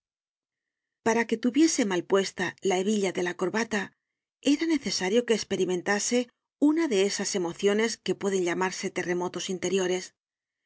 para que tuviese mal puesta la hebilla de la corbata era necesario que esperimentase una de esas emociones que pueden llamarse terremotos interiores